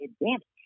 advantage